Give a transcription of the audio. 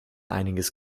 einiges